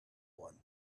one